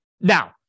now